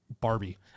Barbie